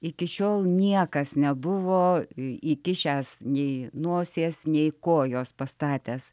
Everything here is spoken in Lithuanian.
iki šiol niekas nebuvo įkišęs nei nosies nei kojos pastatęs